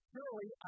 Surely